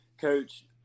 Coach